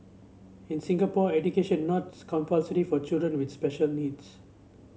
in Singapore education not compulsory for children with special needs